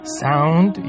sound